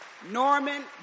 Norman